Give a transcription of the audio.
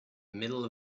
middle